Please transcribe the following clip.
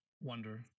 wonder